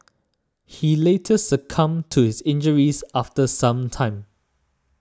he later succumbed to his injuries after some time